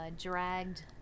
dragged